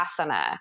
asana